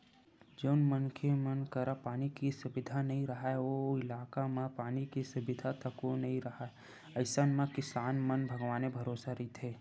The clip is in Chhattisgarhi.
जउन मनखे मन करा पानी के सुबिधा नइ राहय ओ इलाका म पानी के सुबिधा तको नइ राहय अइसन म किसान मन भगवाने भरोसा रहिथे